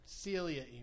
Celia